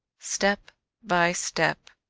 step by step,